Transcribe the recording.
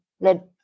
let